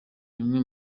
rimwe